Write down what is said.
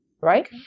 right